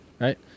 Right